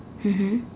mmhmm